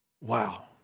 Wow